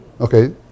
Okay